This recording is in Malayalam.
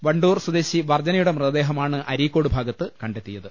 വണ്ടൂർ സ്വദേശി വർജനയുടെ മൃതദേഹമാണ് അരീ ക്കോട് ഭാഗത്ത് കണ്ടെത്തിയത്